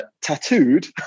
tattooed